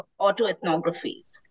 Autoethnographies